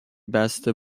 بسته